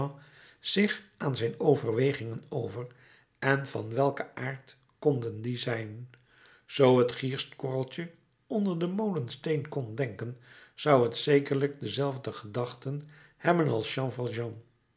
zich aan zijn overwegingen over en van welken aard konden die zijn zoo het gierstkorreltje onder den molensteen kon denken zou het zekerlijk dezelfde gedachten hebben als jean